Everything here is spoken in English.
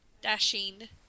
dashing